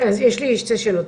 אז יש לי שתי שאלות,